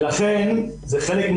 כתוצאה מכך אין יכולת לתכנן...